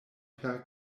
per